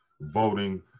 voting